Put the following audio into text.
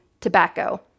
tobacco